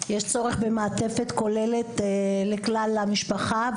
יש צורך במעטפת כוללת לכלל המשפחה,